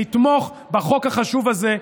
לתמוך בחוק החשוב הזה,